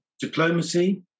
Diplomacy